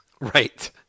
Right